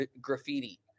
graffiti